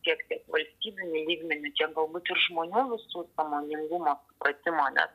tiek tai valstybiniu lygmeniu tiek galbūt ir žmonių visų sąmoningumo supratimo net